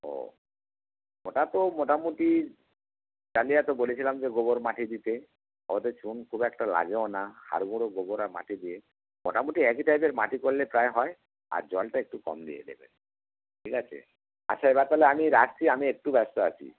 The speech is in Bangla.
ও ওটা তো মোটামুটি ডালিয়া তো বলেছিলাম যে গোবর মাটি দিতে ওতে চুন খুব একটা লাগেও না হাড় গুঁড়ো গোবর আর মাটি দিয়ে মোটামুটি একই টাইপের মাটি কোরলে প্রায় হয় আর জলটা একটু কম দিয়ে দেবেন ঠিক আছে আচ্ছা এবার তালে আমি রাখছি আমি একটু ব্যস্ত আছি